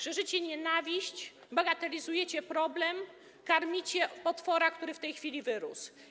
Szerzycie nienawiść, bagatelizujecie problem, karmicie potwora, który w tej chwili wyrósł.